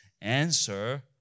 answer